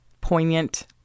poignant